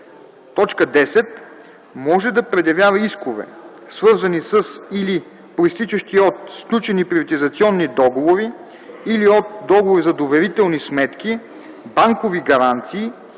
им; 10. може да предявява искове, свързани с или произтичащи от сключени приватизационни договори или от договори за доверителни сметки, банкови гаранции